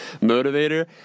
motivator